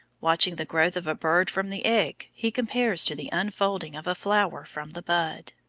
watching the growth of a bird from the egg he compares to the unfolding of a flower from the bud.